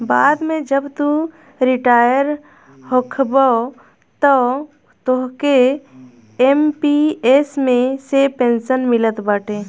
बाद में जब तू रिटायर होखबअ तअ तोहके एम.पी.एस मे से पेंशन मिलत बाटे